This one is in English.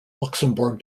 luxembourg